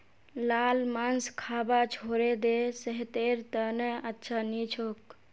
लाल मांस खाबा छोड़े दे सेहतेर त न अच्छा नी छोक